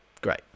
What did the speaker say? great